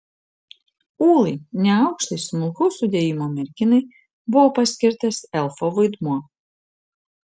ūlai neaukštai smulkaus sudėjimo merginai buvo paskirtas elfo vaidmuo